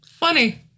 Funny